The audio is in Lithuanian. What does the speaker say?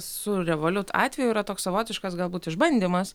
su revoliut atveju yra toks savotiškas galbūt išbandymas